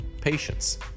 patience